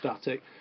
static